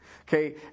Okay